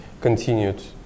continued